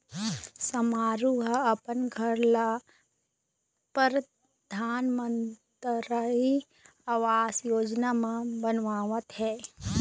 समारू ह अपन घर ल परधानमंतरी आवास योजना म बनवावत हे